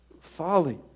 folly